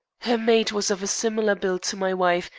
her maid was of a similar build to my wife,